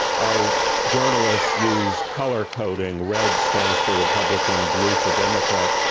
our journalists use colour coding red stands for republican, blue for democrat.